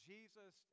Jesus